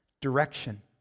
direction